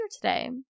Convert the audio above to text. today